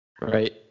right